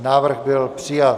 Návrh byl přijat.